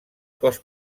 cos